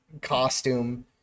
costume